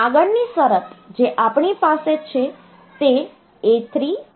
તેથી આગળની શરત જે આપણી પાસે છે તે A3 XNOR B3 છે